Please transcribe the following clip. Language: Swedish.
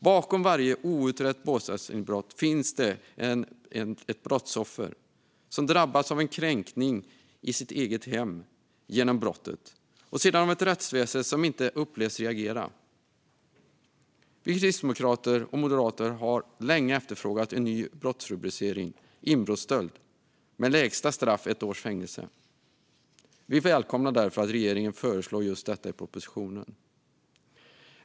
Bakom varje outrett bostadsinbrott finns ett brottsoffer som drabbats av en kränkning, först i sitt eget hem genom brottet och sedan av ett rättsväsen som inte upplevs reagera. Vi kristdemokrater och moderater har länge efterfrågat en ny brottsrubricering - inbrottsstöld - med lägsta straff ett års fängelse. Vi välkomnar därför att regeringen föreslår just detta i propositionen.